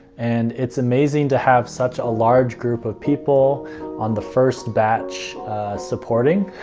and it's amazing to have such a large group of people on the first batch supporting.